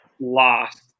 lost